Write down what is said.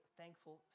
thankful